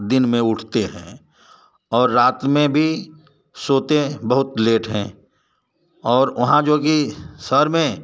दिन में उठते हैं और रात में भी सोते हैं बहुत लेट हैं और वहाँ जो है कि शहर में